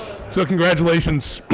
so, congratulations,